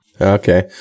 Okay